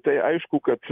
tai aišku kad